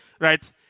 right